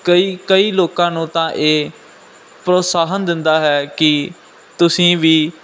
ਕਈ ਕਈ ਲੋਕਾਂ ਨੂੰ ਤਾਂ ਇਹ ਪ੍ਰੋਤਸਾਹਨ ਦਿੰਦਾ ਹੈ ਕਿ ਤੁਸੀਂ ਵੀ